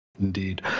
Indeed